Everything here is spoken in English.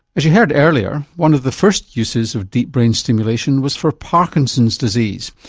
as you heard earlier one of the first uses of deep brain stimulation was for parkinson's disease,